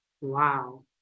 Wow